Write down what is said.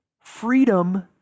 freedom